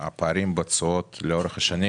הפערים בתשואות לאורך השנים